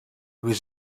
was